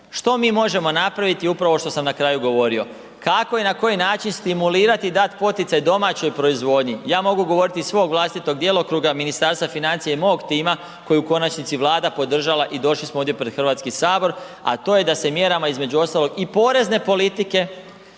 Što mi možemo napraviti upravo što sam na kraju govorio? Kako i na koji način stimulirati i dati poticaj domaćoj proizvodnji? Ja mogu govoriti iz svog vlastitog djelokruga Ministarstva financija i mog tima koji je u konačnici Vlada podržala i došli smo ovdje pred Hrvatski sabor a to je da se mjerama između ostalog i porezne politike,